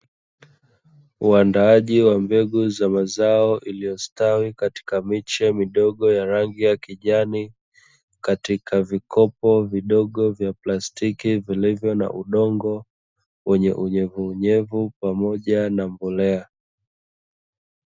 Uandaaji wa mbegu za mazao iliyostawi katika miche midogo ya rangi ya kijani, katika vikopo vidogo vya plastiki vilivyo na udongo wenye unyevu unyevu pamoja na mbolea.